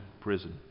prison